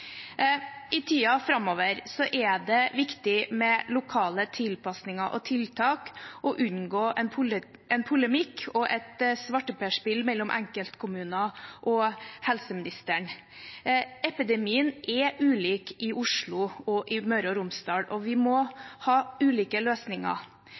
I tiden framover er det viktig med lokale tilpasninger og tiltak og å unngå en polemikk og et svarteperspill mellom enkeltkommuner og helseministeren. Epidemien er ulik i Oslo og i Møre og Romsdal, og vi